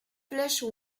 flèche